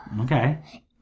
Okay